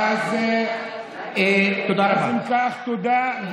אז אם כך, תודה.